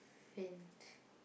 faint